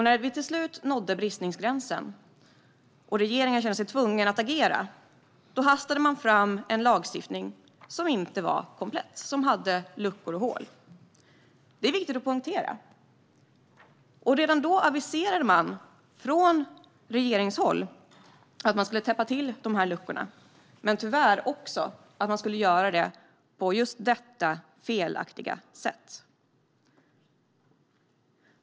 När vi till slut nådde bristningsgränsen och regeringen kände sig tvungen att agera hastade man fram en lagstiftning som inte var komplett, som hade luckor och hål. Det är viktigt att poängtera. Och redan då aviserade regeringen att man skulle täppa till luckorna men tyvärr också att man skulle göra det på just detta felaktiga sätt.